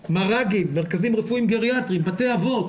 מר"ג, מרכזים רפואיים גריאטריים, בתי אבות,